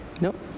nope